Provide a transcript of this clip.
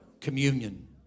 communion